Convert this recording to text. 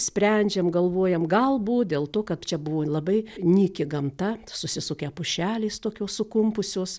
sprendžiam galvojam galbūt dėl to kad čia buvo labai nyki gamta susisukę pušelės tokios sukumpusios